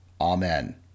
Amen